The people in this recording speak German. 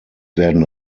werden